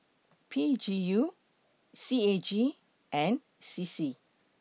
P G U C A G and C C